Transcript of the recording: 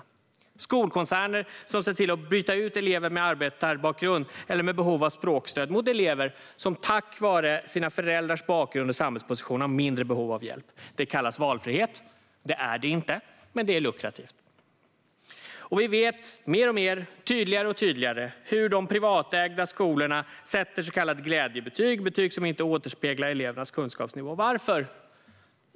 Vi har skolkoncerner som ser till att byta ut elever med arbetarbakgrund eller med behov av språkstöd mot elever som tack vare sina föräldrars bakgrund och samhällsposition har mindre behov av hjälp. Det kallas valfrihet. Det är det inte. Men det är lukrativt. Vi vet också mer och tydligare hur de privatägda skolorna sätter så kallade glädjebetyg, betyg som inte återspeglar elevernas kunskapsnivå. Varför?